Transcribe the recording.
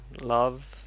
love